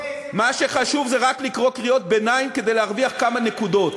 מה שחשוב זה רק לקרוא קריאות ביניים כדי להרוויח כמה נקודות.